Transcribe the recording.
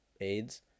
AIDS